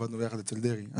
עבדנו יחד אצל דרעי.